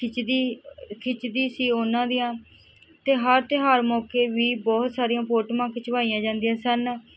ਖਿੱਚਦੀ ਖਿੱਚਦੀ ਸੀ ਉਹਨਾਂ ਦੀਆਂ ਅਤੇ ਹਰ ਤਿਉਹਾਰ ਮੌਕੇ ਵੀ ਬਹੁਤ ਸਾਰੀਆਂ ਫੋਟੋਆਂ ਖਿਚਵਾਈਆਂ ਜਾਂਦੀਆਂ ਸਨ